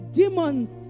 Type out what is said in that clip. demons